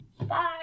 Bye